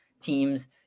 teams